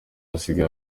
asigaye